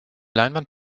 leinwand